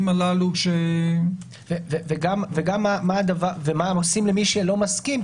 הללו ש --- וגם מה עושים למי שלא מסכים.